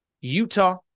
Utah